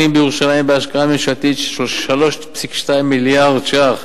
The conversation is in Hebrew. בירושלים בהשקעה ממשלתית של 3.2 מיליארד ש"ח,